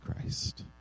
Christ